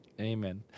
amen